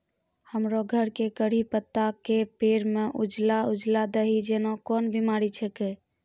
हमरो घर के कढ़ी पत्ता के पेड़ म उजला उजला दही जेना कोन बिमारी छेकै?